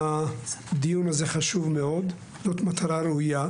הדיון הזה חשוב מאוד וזאת מטרה ראויה.